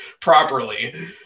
properly